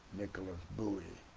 nicholas buoy